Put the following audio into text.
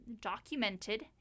documented